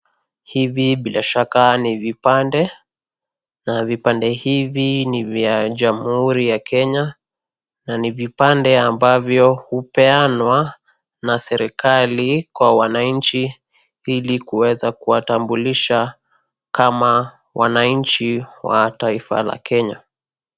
Hivi bila shaka ni vipande, na vipande hivi ni vya jamhuri ya Kenya, na ni vipande ambavyo hupeana na serikali kwa wananchi ili kuweza kuwatambulisha kama wananchi wa taifa la Kenya.